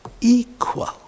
equal